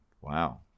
Wow